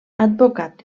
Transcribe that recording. advocat